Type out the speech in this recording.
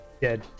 Dead